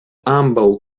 ambaŭ